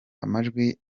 amajwi